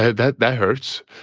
that that hurts.